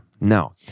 Now